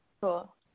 Cool